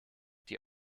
die